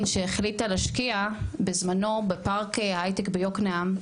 שהחליטה להשקיע בזמנו בפארק ההיי-טק ביוקנעם,